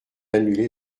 annulés